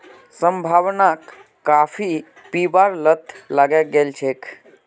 संभावनाक काफी पीबार लत लगे गेल छेक